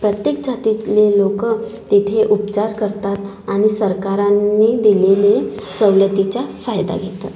प्रत्येक जातीतले लोकं तेथे उपचार करतात आणि सरकारांनी दिलेले सवलतीचा फायदा घेतात